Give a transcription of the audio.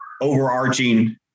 overarching